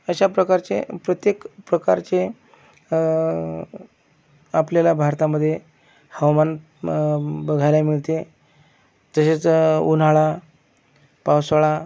अशाप्रकारचे प्रत्येक प्रकारचे आपल्याला भारतामध्ये हवामान बघायला मिळते तसेच उन्हाळा पावसाळा